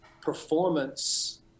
performance